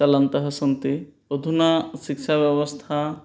चलन्तः सन्ति अधुना शिक्षाव्यवस्था